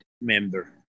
member